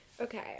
okay